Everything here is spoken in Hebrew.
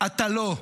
אתה לא.